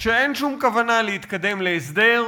שאין שום כוונה להתקדם להסדר,